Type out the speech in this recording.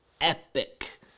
epic